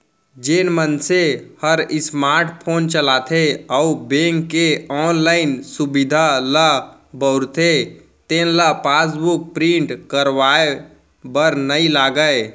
जेन मनसे हर स्मार्ट फोन चलाथे अउ बेंक के ऑनलाइन सुभीता ल बउरथे तेन ल पासबुक प्रिंट करवाए बर नइ लागय